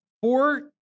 Four